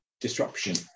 disruption